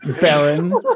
Baron